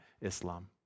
Islam